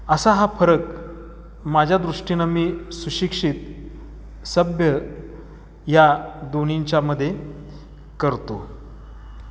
असा हा फरक माझ्या दृष्टीनं मी सुशिक्षित सभ्य या दोन्हींच्यामध्ये करतो